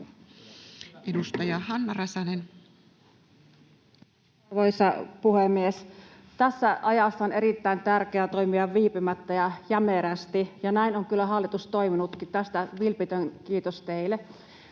Edustaja Hanna Räsänen. Arvoisa puhemies! Tässä ajassa on erittäin tärkeää toimia viipymättä ja jämerästi, ja näin on kyllä hallitus toiminutkin. Tästä vilpitön kiitos teille.